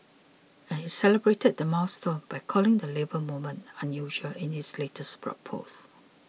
and he celebrated the milestone by calling the Labour Movement unusual in his latest blog post